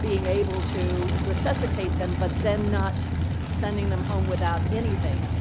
being able to resuscitate them but then not sending them home without anything.